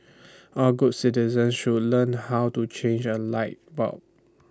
all good citizen should learn how to change A light bulb